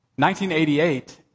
1988